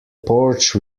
porch